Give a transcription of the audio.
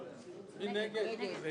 נגד,